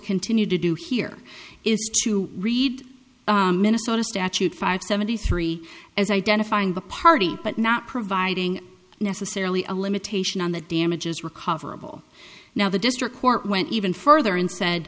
continue to do here is to read minnesota statute five seventy three as identifying the party but not providing necessarily a limitation on the damages recoverable now the district court went even further and said